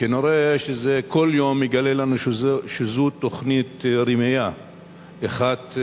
כנראה שכל יום מתגלה לנו שזאת תוכנית רמייה אחת גדולה.